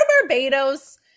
barbados